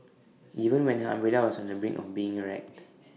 even when her umbrella was on the brink of being wrecked